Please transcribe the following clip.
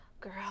girl